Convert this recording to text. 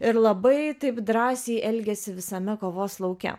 ir labai taip drąsiai elgėsi visame kovos lauke